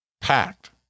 Packed